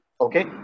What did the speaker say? okay